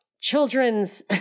Children's